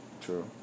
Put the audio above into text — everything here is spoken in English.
True